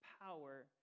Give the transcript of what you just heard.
power